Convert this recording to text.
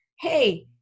hey